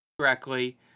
correctly